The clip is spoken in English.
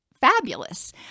fabulous